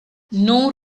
non